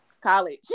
college